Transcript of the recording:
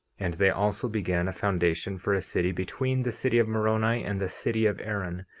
and they also began a foundation for a city between the city of moroni and the city of aaron,